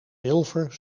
zilver